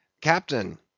Captain